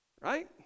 Right